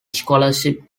scholarship